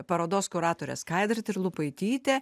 parodos kuratorė skaidra trilupaitytė